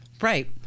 Right